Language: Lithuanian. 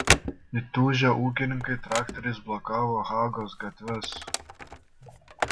įtūžę ūkininkai traktoriais blokavo hagos gatves